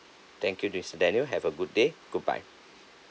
thank you mister daniel have a good day goodbye